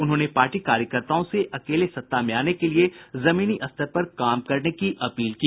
उन्होंने पार्टी कार्यकर्ताओं से अकेले सत्ता में आने के लिए जमीनी स्तर पर काम करने की अपील की